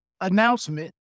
announcement